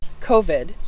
covid